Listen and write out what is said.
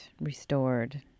restored